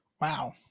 Wow